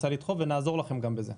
רוצה לדחוף ונעזור לכם בזה.